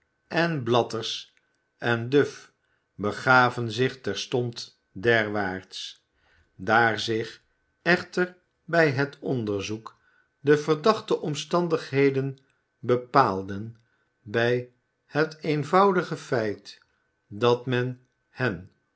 en blathers en duff begaven zich terstond derwaarts daar zich echter bij het onderzoek de verdachte omstandigheden bepaalden bij het eenvoudige feit dat men hen